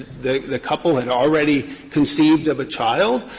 the the couple had already conceived of a child,